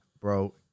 Bro